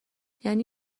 یعنی